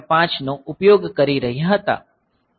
5 નો ઉપયોગ કરી રહ્યા હતા